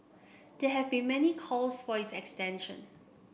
there have been many calls for its extension